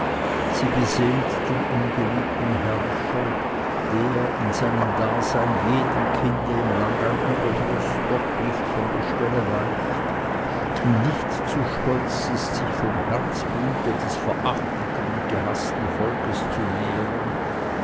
sie beseelt den ungeliebten herrscher der in seinem dasein jedem kind im lande ein überdruß doch nicht von seiner stelle weicht und nicht zu stolz ist sich vom herzblute des verachteten und gehaßten volkes zu nähren